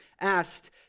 asked